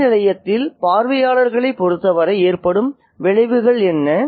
ரயில் நிலையத்தில் பார்வையாளர்களைப் பொறுத்தவரை ஏற்படும் விளைவுகள் என்ன